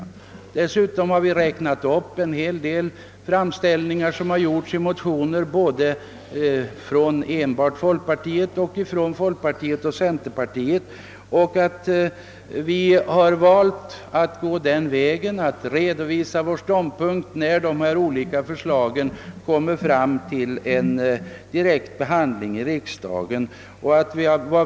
Dessutom har vi räknat upp en hel del framställningar som gjorts i motioner både från enbart folkpartiet och gemensamt från folkpartiet och centerpartiet. Vi har alltså valt att redovisa vår ståndpunkt när de olika förslagen kommer upp till behandling i riksdagen.